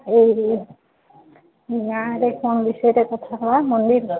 ଏଇ ଗାଁରେ କ'ଣ ବିଷୟରେ କଥା ହେବା ମନ୍ଦିର